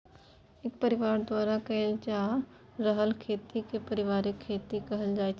एक परिबार द्वारा कएल जा रहल खेती केँ परिबारिक खेती कहल जाइत छै